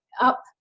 up